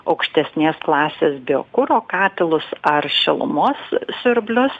aukštesnės klasės biokuro katilus ar šilumos siurblius